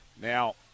Now